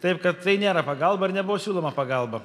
taip kad tai nėra pagalba ar nebuvo siūloma pagalba